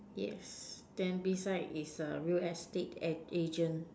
yes then beside is a real estate a~ agent